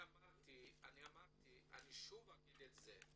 אמרתי ואגיד את זה שוב.